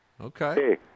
okay